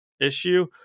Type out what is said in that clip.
issue